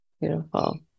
beautiful